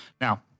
Now